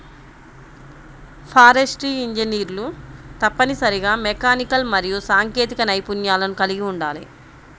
forestry ఇంజనీర్లు తప్పనిసరిగా mechanical మరియు సాంకేతిక నైపుణ్యాలను కలిగి ఉండాలి